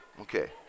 Okay